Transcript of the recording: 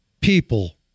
People